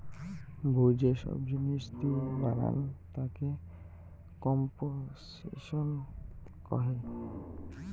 ভুঁই যে সব জিনিস দিয়ে বানান তাকে কম্পোসিশন কহে